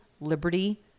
liberty